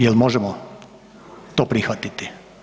Jel možemo to prihvatiti?